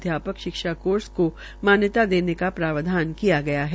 अध्यापक शिक्षा कोर्स को मान्यता देने का प्रावधान किया गया है